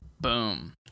Boom